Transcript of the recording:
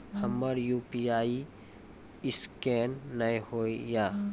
हमर यु.पी.आई ईसकेन नेय हो या?